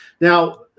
Now